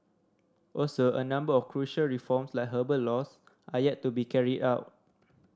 also a number of crucial reforms like labour laws are yet to be carried out